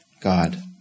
God